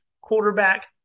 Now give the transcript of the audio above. quarterback